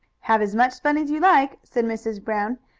have as much fun as you like, said mrs. brown,